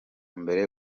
mbere